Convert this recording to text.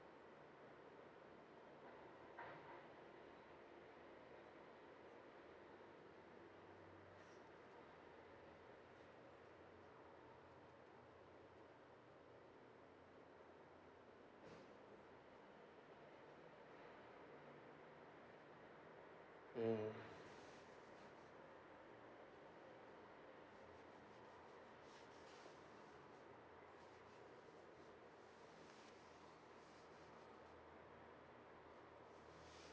mm